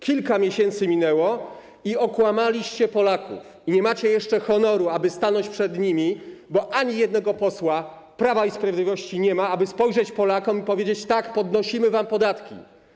Kilka miesięcy minęło, okłamaliście Polaków i nie macie jeszcze honoru, aby stanąć przed nimi - bo ani jednego posła Prawa i Sprawiedliwości nie ma - aby spojrzeć Polakom w oczy i powiedzieć: tak, podnosimy wam podatki.